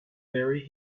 very